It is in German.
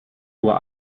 uhr